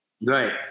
Right